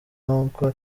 nk’uko